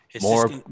more